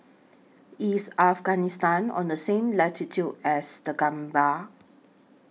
IS Afghanistan on The same latitude as The Gambia